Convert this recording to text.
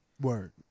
Word